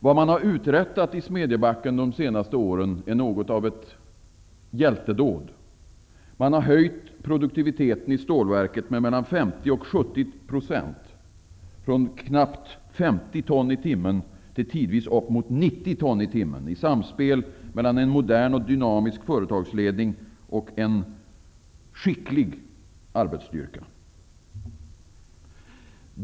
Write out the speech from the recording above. Vad man har uträttat i Smedjebacken under de senaste åren är något av ett hjältedåd. Man har höjt produktiviteten i stålverket med mellan 50 och 70 %, från knappt 50 ton i timmen till tidvis upp mot 90 ton i timmen. Detta har skett i samspel mellan en modern och dynamisk företagsledning och en skicklig arbetsstyrka.